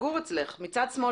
לא